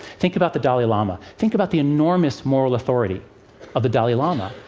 think about the dalai lama. think about the enormous moral authority of the dalai lama.